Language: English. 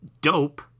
Dope